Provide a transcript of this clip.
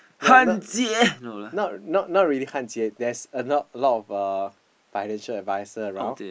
no not not not really can't yet there's uh not a lot of uh financial adviser around